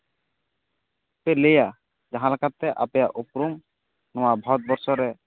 ᱯᱮ ᱞᱟᱹᱭᱟ ᱡᱟᱦᱟᱸᱞᱮᱠᱟᱛᱮ ᱟᱯᱮᱭᱟᱜ ᱩᱯᱨᱩᱢ ᱱᱚᱣᱟ ᱵᱷᱟᱨᱚᱛ ᱵᱚᱨᱥᱚ ᱨᱮ